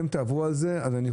שתסתפק בזה.